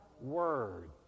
word